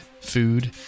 food